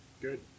Good